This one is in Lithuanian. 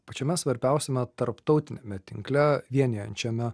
pačiame svarbiausiame tarptautiniame tinkle vienijančiame